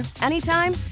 anytime